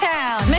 Town